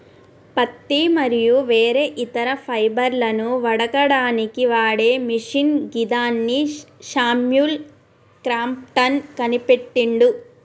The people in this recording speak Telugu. పత్తి మరియు వేరే ఇతర ఫైబర్లను వడకడానికి వాడే మిషిన్ గిదాన్ని శామ్యుల్ క్రాంప్టన్ కనిపెట్టిండు